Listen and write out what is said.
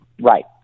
Right